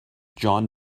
jon